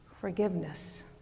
forgiveness